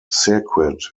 circuit